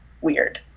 weird